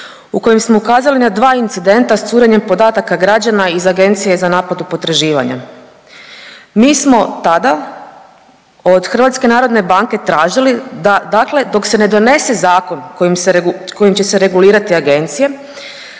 u kojem smo ukazali na dva incidenta s curenjem podataka građana iz agencije za naplatu potraživanja. Mi smo tada od HND-a tražili da dakle dok se ne donese zakon kojim će se regulirati agencije,